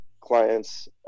clients